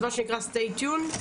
אז מה שנקרא stay tune,